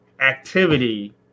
activity